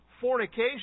fornication